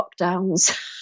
lockdowns